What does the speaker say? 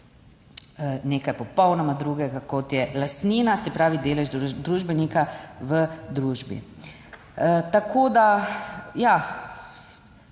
nekaj popolnoma drugega, kot je lastnina, se pravi delež družbenika v družbi. Tako da ja,